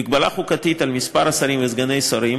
מגבלה חוקתית על מספר השרים וסגני השרים